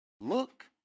look